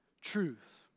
truth